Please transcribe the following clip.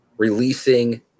releasing